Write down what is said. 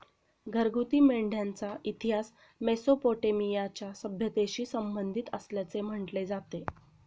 घरगुती मेंढ्यांचा इतिहास मेसोपोटेमियाच्या सभ्यतेशी संबंधित असल्याचे म्हटले जाते